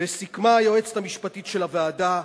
וסיכמה היועצת המשפטית של הוועדה,